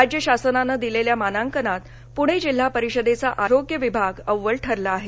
राज्य शासानानं दिलेल्या मानांकनात पुणे जिल्हा परिषदेचा आरोग्य विभाग अव्वल ठरला आहे